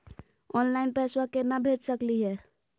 Online पैसवा केना भेज सकली हे?